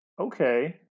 Okay